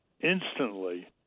instantly